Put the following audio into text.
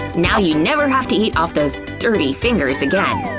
now you never have to eat off those dirty fingers again.